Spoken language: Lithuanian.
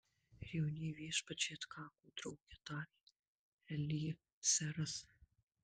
ir jaunieji viešpačiai atkako drauge tarė eliezeras